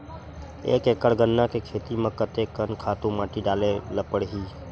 एक एकड़ गन्ना के खेती म कते कन खातु माटी डाले ल पड़ही?